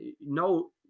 no